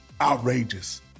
outrageous